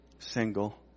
Single